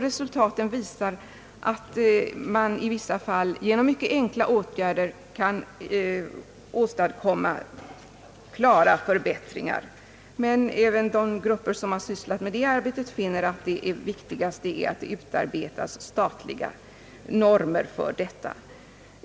Resultaten visar att man i en del fall genom enkla åtgärder kan åstadkomma klara förbättringar. Men även de grupper som har sysslat med det arbetet finner att det viktigaste är att det utarbetas statliga normer för detta.